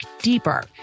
deeper